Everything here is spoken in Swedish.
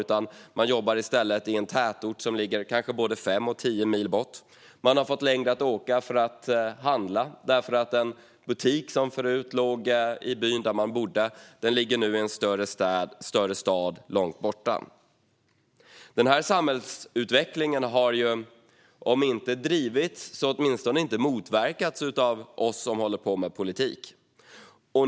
I stället jobbar de i en tätort som ligger kanske både fem och tio mil bort. Man har fått längre att åka för att handla för att den butik som förut låg i hembyn nu ligger i en större stad långt borta. Denna samhällsutveckling har om inte drivits av åtminstone inte motverkats av oss som håller på med politik.